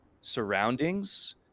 surroundings